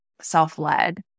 self-led